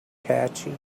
catchy